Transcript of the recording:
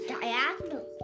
diagonal